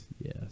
yes